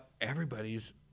everybody's